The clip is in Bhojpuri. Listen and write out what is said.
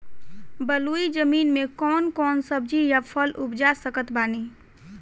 बलुई जमीन मे कौन कौन सब्जी या फल उपजा सकत बानी?